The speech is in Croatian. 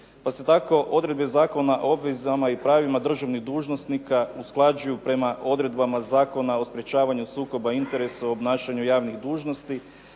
Pa se tako odredbe zakona o obvezama i pravima državnih dužnosnika usklađuju prema odredbama Zakona o sprečavanju sukoba interesa u obnašanju javnih dužnosti,